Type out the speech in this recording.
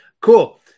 Cool